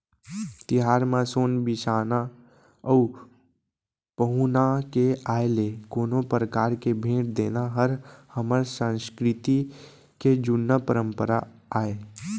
तिहार म सोन बिसाना अउ पहुना के आय ले कोनो परकार के भेंट देना हर हमर संस्कृति के जुन्ना परपंरा आय